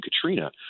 Katrina